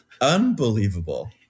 Unbelievable